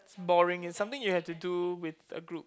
it's boring it's something you have to do with a group